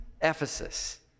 Ephesus